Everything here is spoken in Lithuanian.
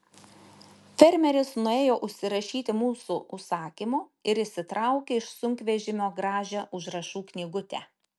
fermeris nuėjo užsirašyti mūsų užsakymo ir išsitraukė iš sunkvežimio gražią užrašų knygutę